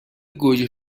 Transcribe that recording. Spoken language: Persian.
گوجه